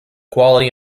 quality